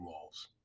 walls